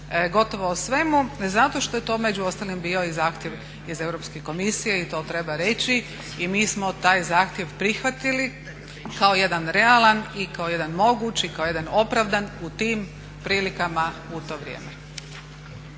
gotovo o svemu? Zato što je to među ostalim bio i zahtjev iz Europske i to treba reći i mi smo taj zahtjev prihvatili kao jedan realan i kao jedan moguć i kao jedan opravdan u tim prilikama u to vrijeme.